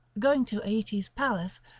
going to aeetes' palace,